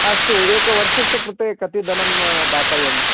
अस्तु एकवर्षस्य कृते कति धनं दातव्यम्